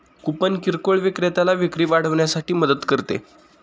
coupon किरकोळ विक्रेत्याला विक्री वाढवण्यासाठी मदत करते